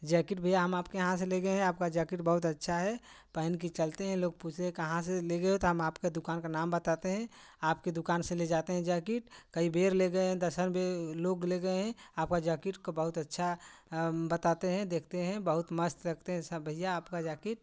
jacket भैया हम आपके यहाँ से ले गए हैं आपका जैकिट बहुत अच्छा है पहन कर चलते हैं लोग पूछते कहाँ से ले गए हो तो हम आपके दुकान का नाम बताते हैं आपके दुकान से ले जाते हैं जैकिट कई बार ले गए हैं दसन बार लोग ले गए हैं आपका जैकिट का बहुत अच्छा बताते हैं देखते हैं बहुत मस्त लगते हैं सब भैया आपका जैकिट